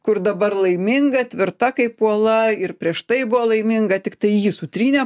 kur dabar laiminga tvirta kaip uola ir prieš tai buvo laiminga tiktai jį sutrynė